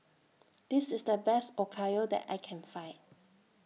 This IS The Best Okayu that I Can Find